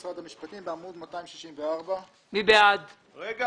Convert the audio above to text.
משרד המשפטים בעמוד 264. מי בעד הרביזיה?